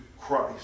Christ